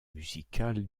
musical